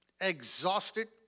exhausted